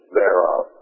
thereof